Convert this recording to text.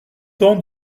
temps